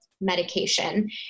medication